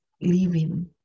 living